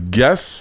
guess